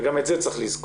וגם את זה צריך לזכור,